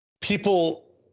people